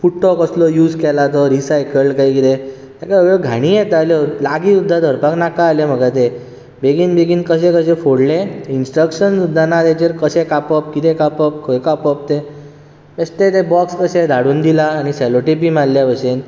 पुट्टो कसलो यूज केला तो रिसायकल्ड कांय कितें तेका सगळ्यो घाणी येताल्यो लागीं सुद्दां धरपाक नाका जालें म्हाका तें बेगीन बेगीन कशें कशें फोडलें इन्सट्रकशन सुद्दां ना तेजेर कशें कापप कितें कापप खंय कापप तें बेश्टें तें बॉक्स कशें धाडून दिलां आनी सेलो टेपी मारिल्ल्या भशेन